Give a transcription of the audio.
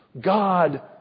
God